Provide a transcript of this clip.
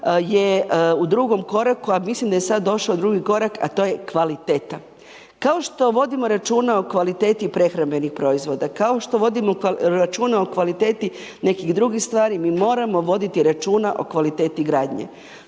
je u drugom koraku a mislim da je sad došao drugi korak a to je kvaliteta. Kao što vodimo računa o kvaliteti prehrambenih proizvoda, kao što vodimo računa o kvaliteti nekih drugih stvari, mi moramo voditi računa o kvaliteti gradnje.